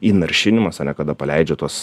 įnaršinimas ane kada paleidžia tuos